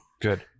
Good